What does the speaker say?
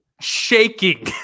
shaking